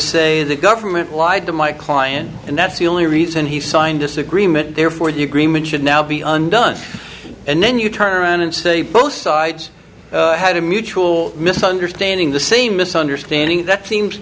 say the government lied to my client and that's the only reason he signed this agreement therefore the agreement should now be undone and then you turn around and say both sides had a mutual misunderstanding the same misunderstanding that seems